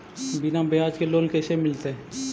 बिना ब्याज के लोन कैसे मिलतै?